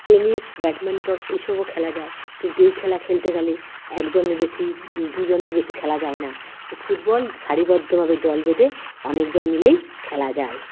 tennis badminton এসবও খেলা যায় কিন্তু এই খেলা খেলতে গেলে একজনের বেশি দুজনের বেশি খেলা যায় না কিন্তু ফুটবল সারিবদ্ধভাবে দল বেঁধে অনেকজন মিলেই খেলা যায়